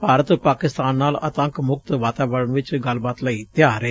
ਭਾਰਤ ਪਾਕਿਸਤਾਨ ਨਾਲ ਦਹਿਸ਼ਤ ਮੁਕਤ ਵਾਤਾਵਰਣ ਚ ਗੱਲਬਾਤ ਲਈ ਤਿਆਰ ਏ